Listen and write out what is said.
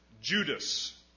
Judas